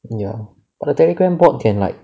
ya but the Telegram bot can like